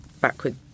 backward